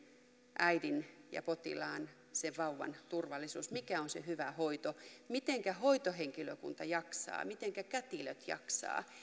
äidin ja potilaan sen vauvan turvallisuus mikä on se hyvä hoito mitenkä hoitohenkilökunta jaksaa mitenkä kätilöt jaksavat